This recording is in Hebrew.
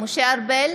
משה ארבל,